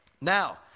Now